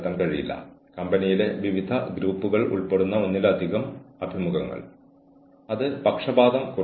ജീവനക്കാരനോട് അവന്റെ അല്ലെങ്കിൽ അവളുടെ സമപ്രായക്കാർ അന്യായമായി പെരുമാറുന്നില്ല